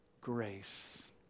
grace